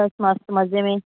बसि मस्तु मज़े में